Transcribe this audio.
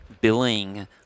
billing